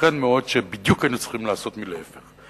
ייתכן מאוד שהיינו צריכים לעשות בדיוק ההיפך.